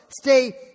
stay